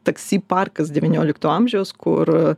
taksi parkas devyniolikto amžiaus kur